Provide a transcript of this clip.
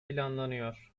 planlanıyor